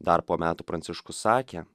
dar po metų pranciškus sakė